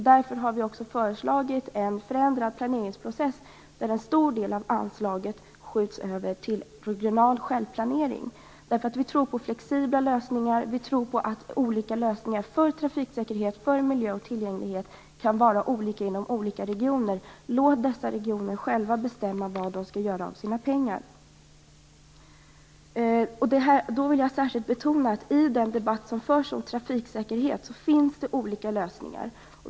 Därför har vi också föreslagit en förändrad planeringsprocess där en stor del av anslaget skjuts över till regional självplanering. Vi tror på flexibla lösningar. Vi tror på att lösningarna för trafiksäkerhet, miljö och tillgänglighet kan vara olika inom olika regioner. Låt dessa regioner själva bestämma vad de skall göra av sina pengar! Jag vill särskilt betona att i den debatt som förs om trafiksäkerhet finns det olika lösningar.